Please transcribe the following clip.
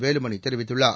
வேலுமணி தெரிவித்துள்ளார்